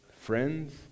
friends